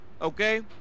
Okay